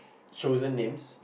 chosen names